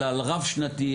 אלא על רב שנתי,